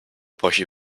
posher